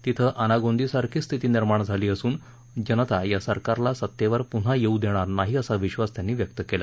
तिथं अनागोंदी सारखी स्थिती निर्माण झाली असून जनता या सरकारला सत्तेवर पुन्हा येऊ देणार नाही असा विश्वास त्यांनी व्यक्त केला